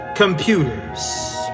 Computers